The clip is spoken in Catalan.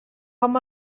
com